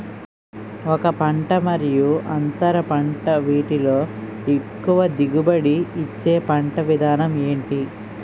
ఒక పంట మరియు అంతర పంట వీటిలో ఎక్కువ దిగుబడి ఇచ్చే పంట విధానం ఏంటి?